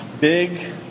big